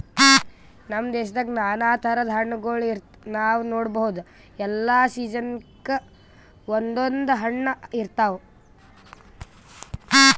ನಮ್ ದೇಶದಾಗ್ ನಾನಾ ಥರದ್ ಹಣ್ಣಗೋಳ್ ನಾವ್ ನೋಡಬಹುದ್ ಎಲ್ಲಾ ಸೀಸನ್ಕ್ ಒಂದೊಂದ್ ಹಣ್ಣ್ ಇರ್ತವ್